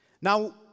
Now